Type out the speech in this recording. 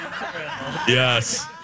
Yes